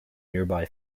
nearby